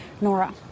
Nora